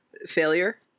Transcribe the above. failure